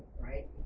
right